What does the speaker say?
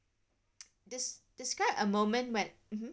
des~ describe a moment when mmhmm